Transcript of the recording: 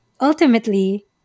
ultimately